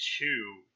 two